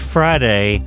Friday